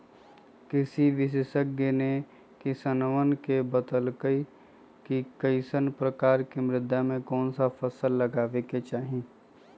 कृषि विशेषज्ञ ने किसानवन के बतल कई कि कईसन प्रकार के मृदा में कौन सा फसल लगावे के चाहि